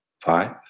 five